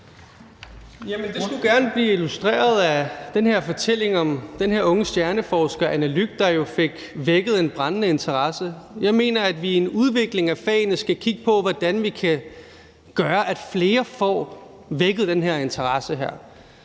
det skulle gerne være blevet illustreret med den her fortælling om den her unge stjerneforsker, Anne Lyck Smitshuysen, hos hvem der jo blev vækket en brændende interesse. Jeg mener, at vi i en udvikling af fagene skal kigge på, hvad vi kan gøre, for at der hos flere bliver vækket den her interesse.